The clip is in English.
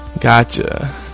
Gotcha